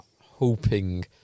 hoping